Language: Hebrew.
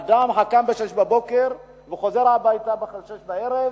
האדם שקם ב-06:00 וחוזר הביתה ב-18:00,